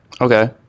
okay